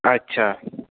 اچھا